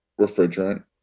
refrigerant